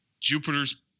Jupiter's